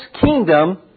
kingdom